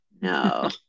no